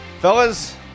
fellas